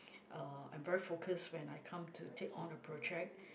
uh I'm very focused when I come to take on a project